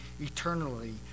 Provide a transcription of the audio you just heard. eternally